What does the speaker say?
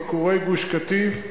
עקורי גוף-קטיף,